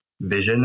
vision